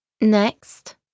Next